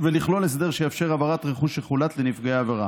ולכלול הסדר שיאפשר העברת רכוש שחולט לנפגעי עבירה.